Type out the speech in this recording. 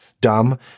dumb